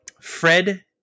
Fred